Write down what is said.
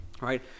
right